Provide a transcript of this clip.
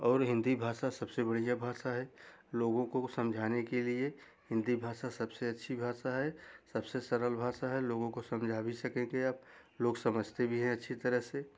और हिन्दी भाषा सबसे बढ़िया भाषा है लोगों को समझाने के लिए हिन्दी भाषा सबसे अच्छी भाषा है सबसे सरल भाषा है लोगों को समझा भी सकेंगे आप लोग समझते भी है अच्छी तरह से